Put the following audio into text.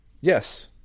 yes